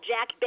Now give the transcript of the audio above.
Jack